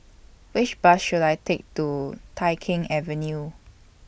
Which Bus should I Take to Tai Keng Avenue